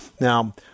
Now